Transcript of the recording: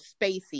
spacey